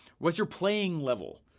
what's your playing level?